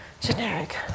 generic